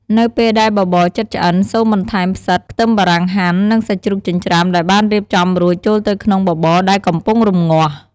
នៅពេលដែលបបរជិតឆ្អិន សូមបន្ថែម ផ្សិត ខ្ទឹមបារាំងហាន់ និង សាច់ជ្រូកចិញ្ច្រាំដែលបានរៀបចំរួច ចូលទៅក្នុងបបរដែលកំពុងរម្ងាស់។